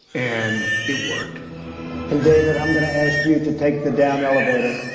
and it worked and david i'm going to ask you to take the down elevator.